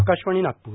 Akashvani Nagpur